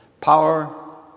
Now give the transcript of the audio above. Power